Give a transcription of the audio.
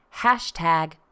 hashtag